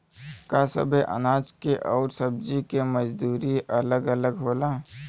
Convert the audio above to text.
का सबे अनाज के अउर सब्ज़ी के मजदूरी अलग अलग होला?